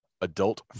adult